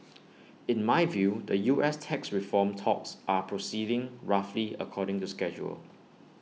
in my view the U S tax reform talks are proceeding roughly according to schedule